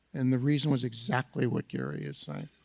and the reason was exactly what gary is saying.